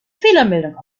fehlermeldung